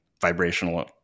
vibrational